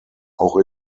auch